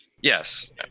Yes